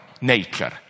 nature